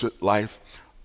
life